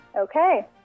Okay